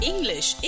English